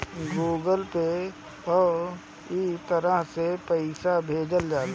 Google Pay पअ इ तरह से पईसा भेजल जाला